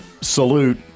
salute